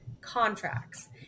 contracts